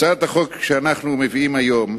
הצעת החוק שאנחנו מביאים היום,